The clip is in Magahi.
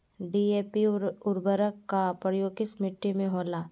डी.ए.पी उर्वरक का प्रयोग किस मिट्टी में होला?